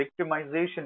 victimization